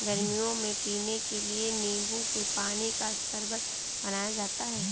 गर्मियों में पीने के लिए नींबू के पानी का शरबत बनाया जाता है